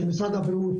של משרד הבריאות,